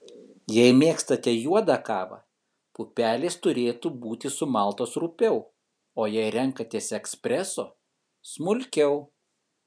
jei mėgstate juodą kavą pupelės turėtų būti sumaltos rupiau o jei renkatės espreso smulkiau